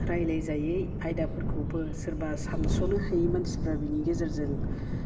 रायलायजायै आयदाफोरखौबो सोरबा सानस'नो हायै मानसिफ्रा बेनि गेजेरजों